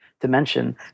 dimension